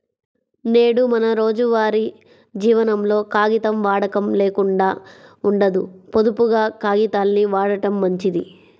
నేడు మన రోజువారీ జీవనంలో కాగితం వాడకం లేకుండా ఉండదు, పొదుపుగా కాగితాల్ని వాడటం మంచిది